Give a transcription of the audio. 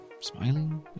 smiling